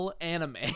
anime